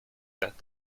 that